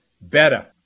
better